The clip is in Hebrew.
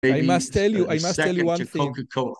אני צריך להגיד לך, אני צריך להגיד לך דבר אחד